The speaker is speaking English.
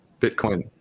Bitcoin